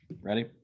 Ready